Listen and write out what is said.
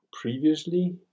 previously